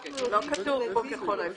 זה בלתי אפשרי.